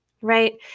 right